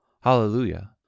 Hallelujah